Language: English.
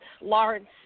Lawrence